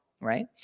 right